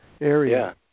area